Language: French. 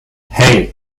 hey